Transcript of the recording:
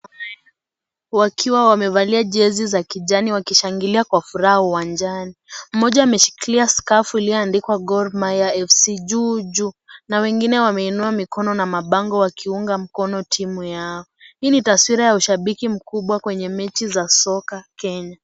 Wakiwa wamevalia jezi za kijani wakishangilia kwa furaha uwanjani. Mmoja ameshikilia skafu iliyoandikwa Gor Mahia FC juu juu na wengine wameinua mikono na mabango wakiunga mkono timu yao. Hii ni taswira ya ushabiki mkubwa kwenye mechi za soka Kenya.